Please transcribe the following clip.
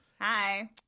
Hi